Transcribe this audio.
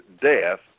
death